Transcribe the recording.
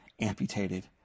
amputated